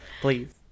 please